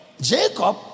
Jacob